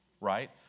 right